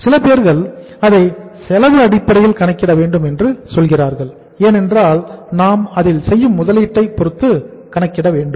சில பேர்கள் அதை செலவு அடிப்படையில் கணக்கிட வேண்டும் என்று சொல்கிறார்கள் ஏனென்றால் நாம் அதில் செய்யும் முதலீட்டை பொருத்து கணக்கிடவேண்டும்